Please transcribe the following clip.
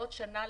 לעוד שנה,